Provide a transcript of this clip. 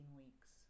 weeks